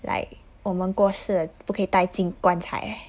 like 我们过世不可以带进棺材